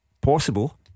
possible